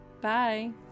Bye